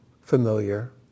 familiar